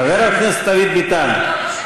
חבר הכנסת דוד ביטן,